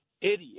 idiot